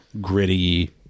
gritty